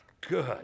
good